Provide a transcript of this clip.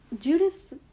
Judas